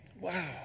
Wow